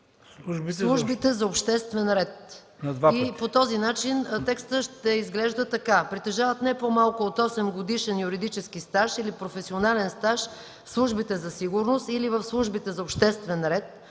службите за обществен ред”. По този начин текстът ще изглежда така: „3. притежават не по-малко от 8-годишен юридически стаж или професионален стаж в службите за сигурност или в службите за обществен ред